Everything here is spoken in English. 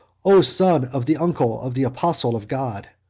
o son of the uncle of the apostle of god,